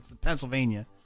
Pennsylvania